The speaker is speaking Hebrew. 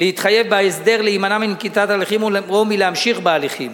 להתחייב בהסדר להימנע מנקיטת הליכים או מלהמשיך בהליכים,